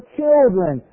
children